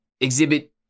exhibit